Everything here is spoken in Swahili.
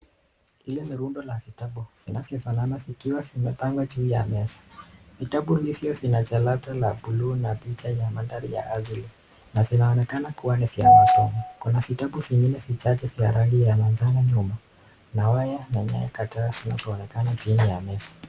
Hini ni rundo la vitabu vinavyofanana vikiwa vimepangwa juu ya meza. Vitabu hivyo vina jalata la bluu na picha ya mandhari ya asili na vinaonekana kuwa ni vya kizungu. Kuna vitabu vingine vichache vya rangi ya manjano nyuma na waya na nyaya kadhaa zinazoonekana chini ya meza.